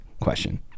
question